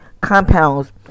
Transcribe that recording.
compounds